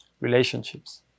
Relationships